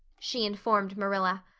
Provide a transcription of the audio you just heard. she informed marilla.